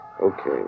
Okay